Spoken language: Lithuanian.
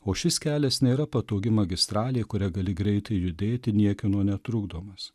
o šis kelias nėra patogi magistralė kuria gali greitai judėti niekieno netrukdomas